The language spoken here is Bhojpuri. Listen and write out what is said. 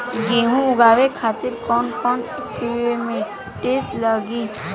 गेहूं उगावे खातिर कौन कौन इक्विप्मेंट्स लागी?